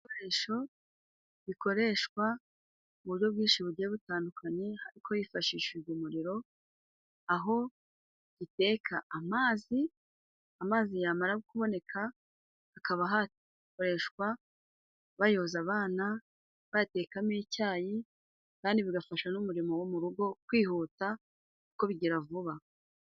Ibikoresho bikoreshwa mu buryo bwinshi bugiye butandukanye ariko hifashishijwe umuriro aho uteka amazi, amazi yamara kuboneka akaba hakoreshwa bayoza abana, bayatekamo icyayi kandi bigafasha n'umurimo wo mu rugo kwihuta kuko bigira vuba.